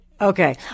Okay